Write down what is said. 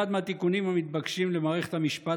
אחד מהתיקונים המתבקשים למערכת המשפטית